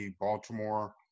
Baltimore